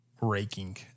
raking